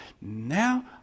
Now